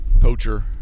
Poacher